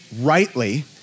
rightly